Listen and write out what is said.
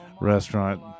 restaurant